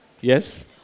Yes